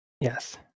Yes